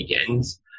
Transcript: begins